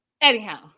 Anyhow